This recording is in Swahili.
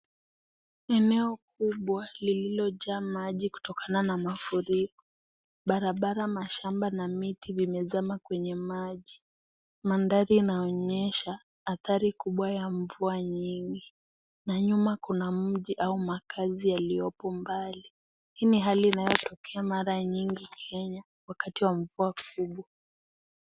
Eneo kubwa lililojaa maji kutokana na mafuriko. Barabara ,mashamba na miti vimezama kwenye maji. Mandhari inaonyesha athari kubwa ya mvua nyingi. Na nyuma kuna mji au makazi yaliyopo mbali .Hii ni hali inayotokea mara mingi Kenya wakati wa mvua kubwa.